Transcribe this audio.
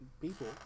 people